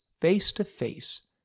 face-to-face